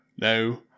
no